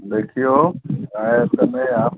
देखिऔ आइ तऽ नहि आएब